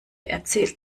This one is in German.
erzählt